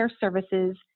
services